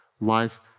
life